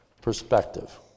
perspective